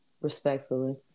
Respectfully